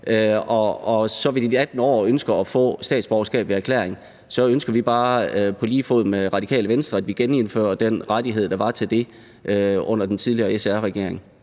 og ved de 18 år ønsker at få statsborgerskab ved erklæring, så ønsker vi bare på lige fod med Radikale Venstre, at vi genindfører den rettighed, der var til det under den tidligere SR-regering.